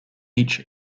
each